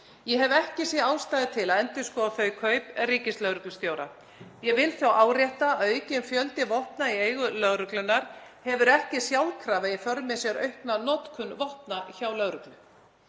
Ég hef ekki séð ástæðu til að endurskoða þau kaup ríkislögreglustjóra. Ég vil þó árétta að aukinn fjöldi vopna í eigu lögreglunnar hefur ekki sjálfkrafa í för með sér aukna notkun vopna hjá lögreglu.